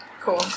Cool